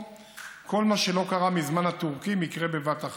כל מה שלא קרה מזמן הטורקים יקרה בבת אחת.